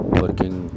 working